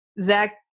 Zach